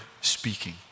speaking